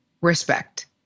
respect